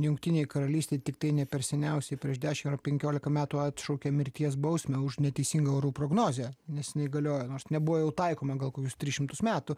jungtinėj karalystėj tiktai ne per seniausiai prieš dešim ar penkiolika metų atšaukė mirties bausmę už neteisingą orų prognozę nes nes inai galiojo nors nebuvo jau taikoma gal kokius tris šimtus metų